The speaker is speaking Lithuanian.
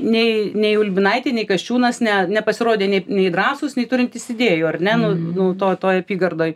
nei nei ulbinaitė nei kasčiūnas ne nepasirodė nei nei drąsūs nei turintys idėjų ar ne nu nu to toj apygardoj